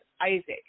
Isaac